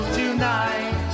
tonight